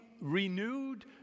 renewed